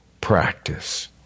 practice